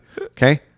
okay